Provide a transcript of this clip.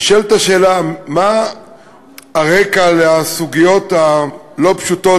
נשאלת השאלה מה הרקע לסוגיות הלא-פשוטות